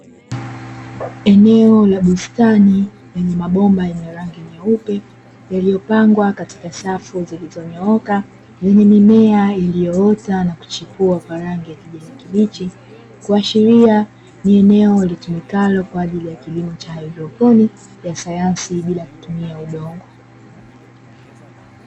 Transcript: Eneo la bustani lenye mabomba yenye rangi nyeupe, yaliyopangwa katika safu zilizonyooka, yenye mimea iliyoota na kuchipua kwa rangi ya kijani kibichi, kuashiria ni eneo litumikalo kwa ajili ya kilimo cha haidroponi, cha sanyansi bila kutumia udongo.